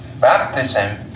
baptism